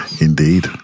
Indeed